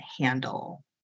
handle